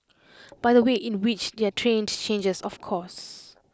but the way in which they're trained changes of course